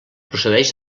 procedeix